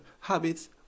habits